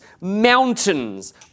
mountains